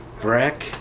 Breck